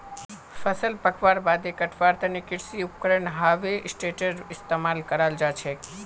फसल पकवार बादे कटवार तने कृषि उपकरण हार्वेस्टरेर इस्तेमाल कराल जाछेक